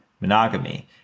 monogamy